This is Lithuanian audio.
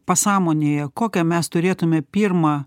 pasąmonėje kokią mes turėtume pirmą